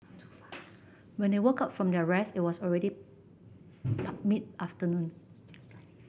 when they woke up from their rest it was already mid afternoon